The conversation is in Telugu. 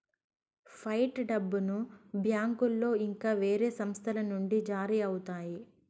ఫైట్ డబ్బును బ్యాంకులో ఇంకా వేరే సంస్థల నుండి జారీ అవుతాయి